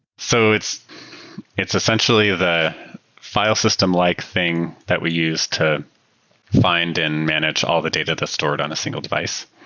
so it's it's essentially the file system-like thing that we use to find and manage all the data that's stored on a single device.